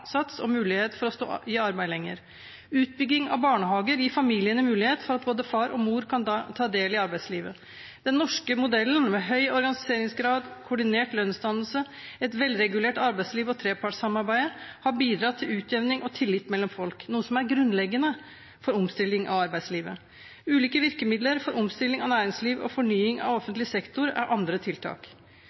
mulighet for å stå i arbeid lenger. Utbygging av barnehager gir familiene mulighet for at både far og mor kan ta del i arbeidslivet. Den norske modellen med høy organiseringsgrad, koordinert lønnsdannelse, et velregulert arbeidsliv og trepartssamarbeid har bidratt til utjevning og tillit mellom folk, noe som er grunnleggende for omstilling av arbeidslivet. Ulike virkemidler for omstilling av næringsliv og fornying av offentlig sektor er andre tiltak.